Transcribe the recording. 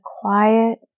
quiet